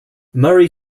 murray